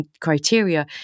criteria